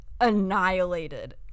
annihilated